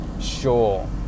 Sure